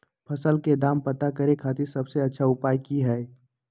फसल के दाम पता करे खातिर सबसे अच्छा उपाय की हय?